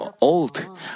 old